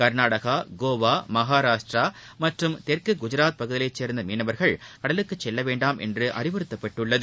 கர்நாடகா கோவா மகாராஷ்டிரா மற்றும் தெற்கு குஜராத் பகுதிகளைச் சேர்ந்த மீனவர்கள் கடலுக்குள் செல்லவேண்டாம் என்று அறிவுறுத்தப்பட்டுள்ளது